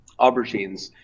aubergines